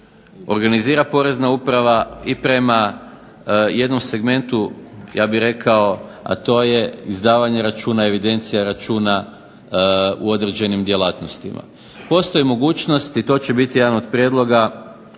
organizira Porezna uprava i prema jednom segmentu ja bih rekao, a to je izdavanje računa, evidencija računa u određenim djelatnostima. Postoji mogućnost i to će biti jedan od prijedloga